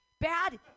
bad